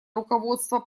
руководство